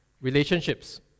relationships